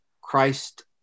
Christ